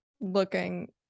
looking